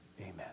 Amen